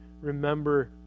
remember